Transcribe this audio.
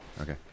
Okay